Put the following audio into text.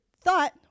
thought